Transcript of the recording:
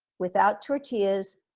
without tortillas,